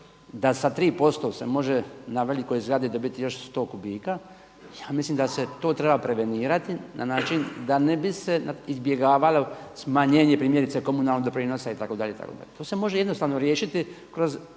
da sa 3% se može na velikoj zgradi dobiti još 100 kubika, ja mislim da se to treba prevenirati na način da ne bi se izbjegavalo smanjenje primjerice komunalnog doprinosa itd., itd.. To se može jednostavno riješiti kroz